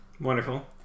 Wonderful